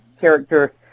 character